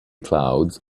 clouds